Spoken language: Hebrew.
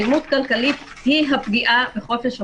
אלימות כלכלית היא הפגיעה בחופש הפרט,